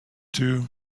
two